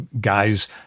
guys